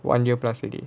one year plus already